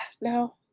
no